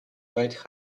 wide